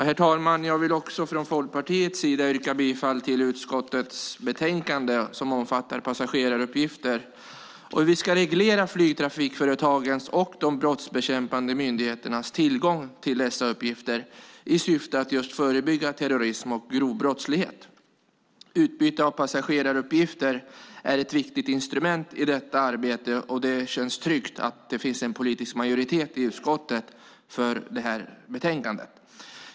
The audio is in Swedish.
Herr talman! Jag vill från Folkpartiets sida yrka bifall till utskottets förslag i betänkandet om passageraruppgifter och hur vi ska reglera flygtrafikföretagens och de brottsbekämpande myndigheternas tillgång till dessa uppgifter i syfte att förebygga terrorism och grov brottslighet. Utbyte av passageraruppgifter är ett viktigt instrument i detta arbete, och det känns tryggt att det finns en politisk majoritet i utskottet för förslaget.